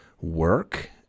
work